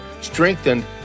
strengthened